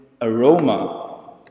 aroma